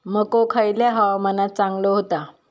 मको खयल्या हवामानात चांगलो होता?